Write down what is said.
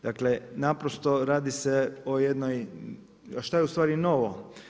Dakle, naprosto radi se o jednoj, a šta je ustvari novo?